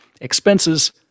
expenses